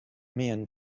men